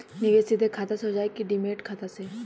निवेश सीधे खाता से होजाई कि डिमेट खाता से?